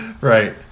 Right